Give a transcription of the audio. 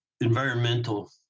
environmental